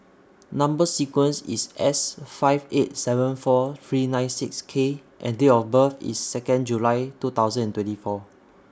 Number sequence IS S five eight seven four three nine six K and Date of birth IS Second July two thousand and twenty four